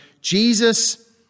Jesus